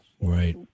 Right